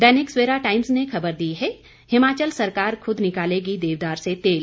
दैनिक सवेरा ने टाइम्स ने खबर दी है हिमाचल सरकार खुद निकालेगी देवदार से तेल